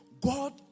God